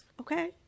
okay